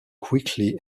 quickly